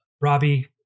Robbie